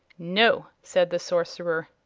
no, said the sorcerer.